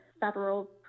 federal